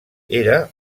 era